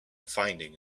finding